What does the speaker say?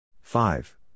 Five